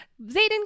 Zayden